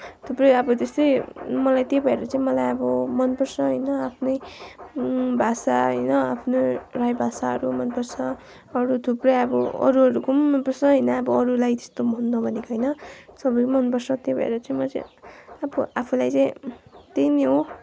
थुप्रै अब त्यस्तै मलाई त्यही भएर चाहिँ मलाई अब मनपर्छ होइन आफ्नै भाषा होइन आफ्नै राई भाषाहरू मनपर्छ अरू थुप्रै अब अरूहरूको पनि मनपर्छ होइन अब अरूलाई त्यस्तो भन्न भनेको होइन सबै मनपर्छ त्यही भएर चाहिँ म चाहिँ अब आफूलाई चाहिँ त्यही नै हो